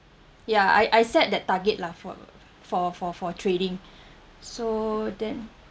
ya I I set that target lah for for for for trading so then